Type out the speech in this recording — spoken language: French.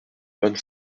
vingt